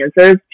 answers